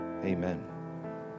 Amen